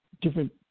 different